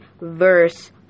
verse